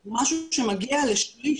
הוא משהו שמגיע לשליש,